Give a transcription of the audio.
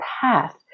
path